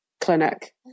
clinic